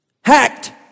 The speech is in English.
Hacked